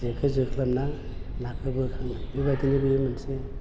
जेखौ जोख्लोबना नाखौ बोखाङो बेबायदिनो बेयो मोनसे